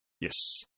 yes